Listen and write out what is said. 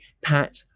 Pat